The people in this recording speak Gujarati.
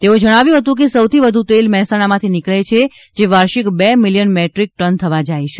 તેઓએ જણાવ્યું હતું કે સૌથી વધુ તેલ મહેસાણામાંથી નીકળે છે જે વાર્ષિક બે મિલીયન મેટ્રીક ટન થવા જાય છે